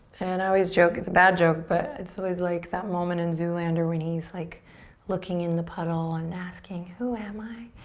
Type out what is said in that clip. and i always joke, it's a bad joke but it's always like that moment in zoolander when he's like looking in the puddle and asking, who am i?